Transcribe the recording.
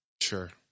Sure